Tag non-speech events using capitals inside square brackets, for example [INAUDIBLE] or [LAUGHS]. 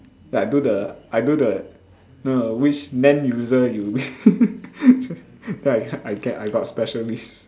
like I do the I do the no no which man user you [LAUGHS] then I get I got special list